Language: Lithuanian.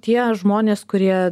tie žmonės kurie